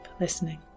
listening